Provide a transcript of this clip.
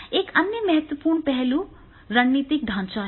एक अन्य महत्वपूर्ण पहलू रणनीतिक ढांचा है